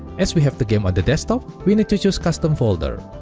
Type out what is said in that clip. as we have the game on the desktop, we nee to choose custom folder.